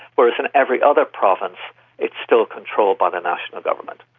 whereas in every other province it's still controlled by the national government.